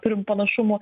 turim panašumų